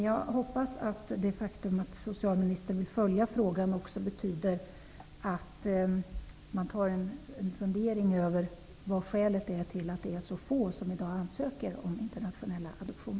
Jag hoppas att det faktum att socialministern vill följa frågan också betyder att man tar en fundering över skälet till att så få i dag ansöker om internationell adoption.